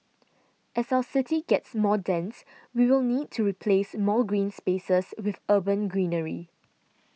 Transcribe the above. as our city gets more dense we will need to replace more green spaces with urban greenery